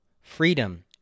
freedom